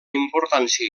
importància